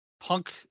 Punk